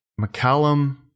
McCallum